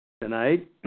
Tonight